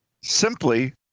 simply